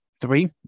three